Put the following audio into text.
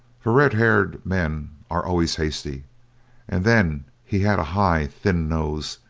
for red-haired men are always hasty and then he had a high, thin nose,